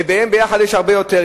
ובהן יחד יש הרבה יותר.